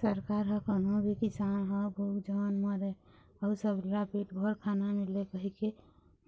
सरकार ह कोनो भी किसान ह भूख झन मरय अउ सबला पेट भर खाना मिलय कहिके